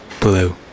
blue